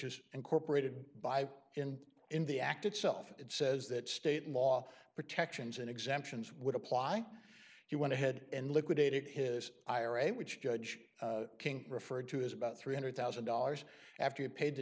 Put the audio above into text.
is incorporated by in in the act itself it says that state law protections and exemptions would apply if you want to head and liquidated his ira which judge king referred to is about three hundred thousand dollars after you paid the